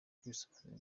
kwisobanura